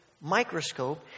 microscope